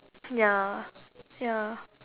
ya ya